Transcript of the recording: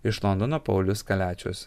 iš londono paulius kaliačius